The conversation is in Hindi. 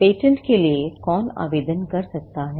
पेटेंट के लिए कौन आवेदन कर सकता है